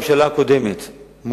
הממשלה הקודמת,